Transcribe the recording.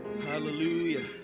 hallelujah